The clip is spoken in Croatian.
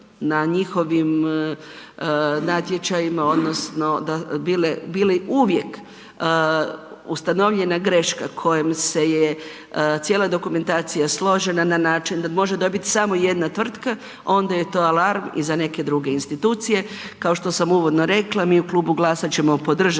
na njihovim natječajima odnosno bili uvijek ustanovljena greška kojom se je cijela dokumentacija složena na način da može dobit samo jedna tvrtka, onda je to alarm i za neke druge institucije, kao što sam uvodno rekla mi u Klubu GLAS-a ćemo podržati